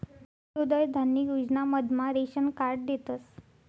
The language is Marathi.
अंत्योदय धान्य योजना मधमा रेशन कार्ड देतस